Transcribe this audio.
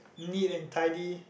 neat and tidy